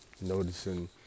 noticing